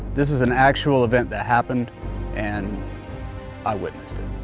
this is an actual event that happened and i witnessed